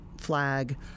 flag